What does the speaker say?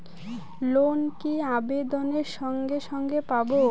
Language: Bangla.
লোন কি আবেদনের সঙ্গে সঙ্গে পাব?